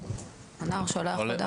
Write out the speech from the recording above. הנער שולח הודעה.